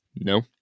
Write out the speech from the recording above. No